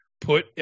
put